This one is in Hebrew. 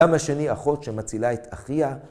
‫גם השני, אחות שמצילה את אחיה.